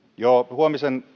huomisen